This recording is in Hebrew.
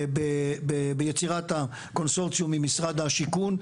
ביצירת הקונסורציום עם משרד השיכון,